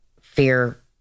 fear